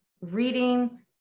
reading